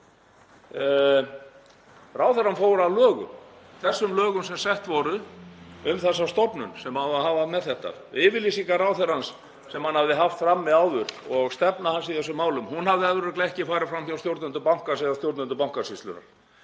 Ráðherrann fór að lögum, þessum lögum sem sett voru um þessa stofnun sem á að hafa með þetta að gera. Yfirlýsingar ráðherrans sem hann hafði haft frammi áður og stefna hans í þessum málum hafði örugglega ekki farið fram hjá stjórnendum bankans eða stjórnendum Bankasýslunnar.